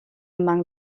among